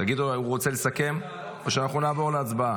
תגידו לו, הוא רוצה לסכם או שאנחנו נעבור להצבעה?